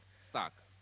stock